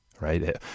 Right